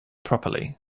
properly